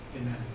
Amen